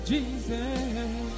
Jesus